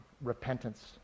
repentance